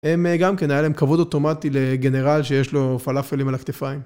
הם גם כן, היה להם כבוד אוטומטי לגנרל שיש לו פלאפלים על הכתפיים.